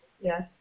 Yes